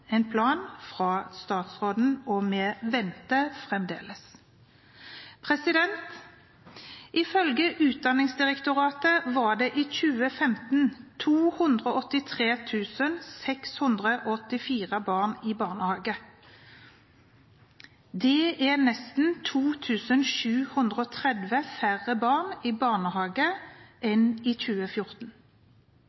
en plan fra statsråden, og vi venter fremdeles. Ifølge Utdanningsdirektoratet var det i 2015 283 684 barn i barnehage. Det er nesten 2 730 færre barn i barnehage